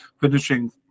finishing